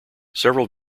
several